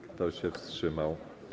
Kto się wstrzymał?